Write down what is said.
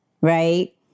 right